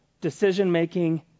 decision-making